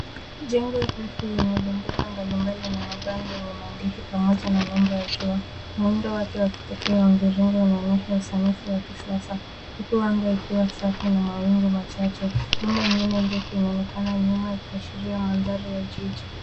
Jengo refu yenye bendera mbalimbali na mabango yenye maandishi pamoja na nembo ya jua. Muundo wake wa kipekee wa mviringo unaonyesha usanifu wa kisasa, huku anga ikiwa safi na mawingu machache. Nyumba ingine ndefu inaonekana nyuma, ikiashiria mandhari ya jiji.